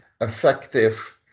effective